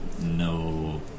No